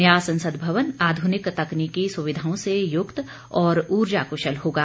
नया संसद भवन आधुनिक तकनीकी सुविधाओं से युक्त और ऊर्जा कुशल होगा